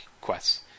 quests